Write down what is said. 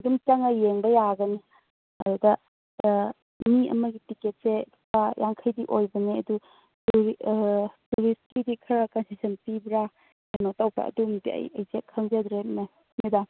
ꯑꯗꯨꯝ ꯆꯪꯉ ꯌꯦꯡꯕ ꯌꯥꯒꯅꯤ ꯑꯗꯨꯗ ꯃꯤ ꯑꯃꯒꯤ ꯇꯤꯛꯀꯦꯠꯁꯦ ꯌꯥꯡꯈꯩꯗꯤ ꯑꯣꯏꯕꯅꯦ ꯑꯗꯨ ꯑꯗꯨꯒꯤ ꯍꯧꯖꯤꯛꯀꯤꯗꯤ ꯈꯔ ꯀꯟꯗꯤꯁꯟ ꯄꯤꯕ꯭ꯔꯥ ꯀꯩꯅꯣꯇꯧꯕ꯭ꯔꯥ ꯑꯗꯨꯃꯗꯤ ꯑꯩ ꯑꯦꯛꯖꯦꯛ ꯈꯪꯖꯗ꯭ꯔꯦ ꯃꯦꯗꯥꯝ